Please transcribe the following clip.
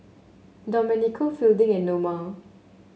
Domenico Fielding and Noma